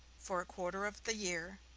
for a quarter of the year,